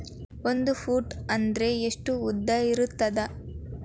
ಒಂದು ಫೂಟ್ ಅಂದ್ರೆ ಎಷ್ಟು ಉದ್ದ ಇರುತ್ತದ?